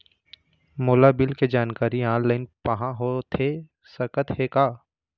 मोला बिल के जानकारी ऑनलाइन पाहां होथे सकत हे का?